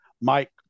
Mike